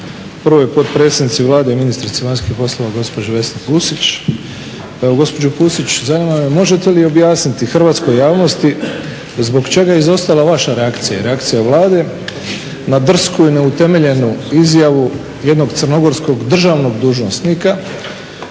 prvoj potpredsjednici Vlade i ministrici vanjskih poslova gospođi Vesni Pusić. Pa evo gospođo Pusić, zanima me, možete li objasniti hrvatskoj javnosti zbog čega je izostala vaša reakcija i reakcija Vlade na drsku i neutemeljenu izjavu jednog crnogorskog državnog dužnosnika